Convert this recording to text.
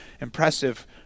impressive